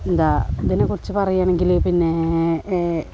എന്താ ഇതിനെ കുറിച്ച് പറയുകയാണെങ്കില് പിന്നേ